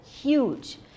Huge